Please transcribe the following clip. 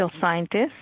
scientist